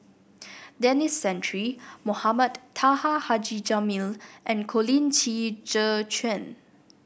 Denis Santry Mohamed Taha Haji Jamil and Colin Qi Zhe Quan